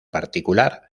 particular